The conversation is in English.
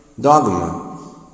dogma